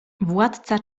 władca